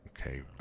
Okay